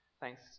thanks